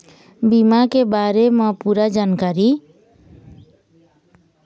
बीमा के बारे म पूरा जानकारी?